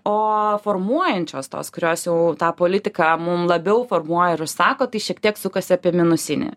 o formuojančios tos kurios jau tą politiką mum labiau formuoja ir užsako tai šiek tiek sukasi apie minusinį